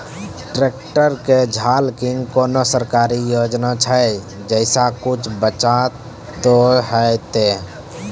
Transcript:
Tractor के झाल किंग कोनो सरकारी योजना छ जैसा कुछ बचा तो है ते?